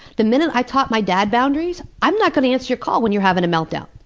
the minute i taught my dad boundaries i'm not going to answer your call when you're having a meltdown.